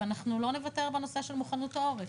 ואנחנו לא נוותר בנושא של מוכנות העורף.